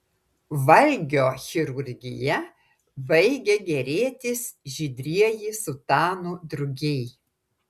valgio chirurgija baigė gėrėtis žydrieji sutanų drugiai